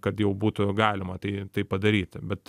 kad jau būtų galima tai tai padaryti bet